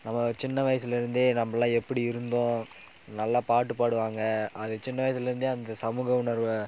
நம்ம சின்ன வயசுலேருந்தே நம்மல்லாம் எப்படி இருந்தோம் நல்லா பாட்டு பாடுவாங்க அது சின்ன வயசுலேருந்தே அந்த சமூக உணர்வை